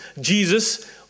jesus